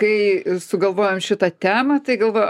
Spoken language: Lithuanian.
kai sugalvojom šitą temą tai galvojau